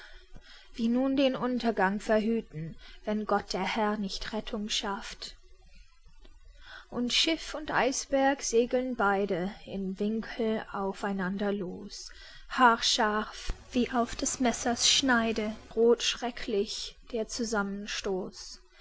wie nun den untergang verhüten wenn gott der herr nicht rettung schafft und schiff und eisberg segeln beide im winkel auf einander los haarscharf wie auf des messers schneide droht schrecklich der